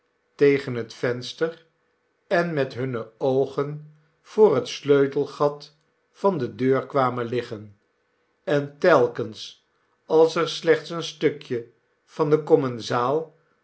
tegen het venster en met hunne oogen voor het sleutelgat van de deur kwamen liggen en telkens als er slechts een stukje van den commensaal